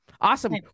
Awesome